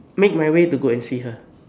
make my way to go and see her